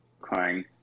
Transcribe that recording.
crying